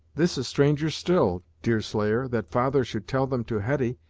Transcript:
this is stranger still, deerslayer, that father should tell them to hetty,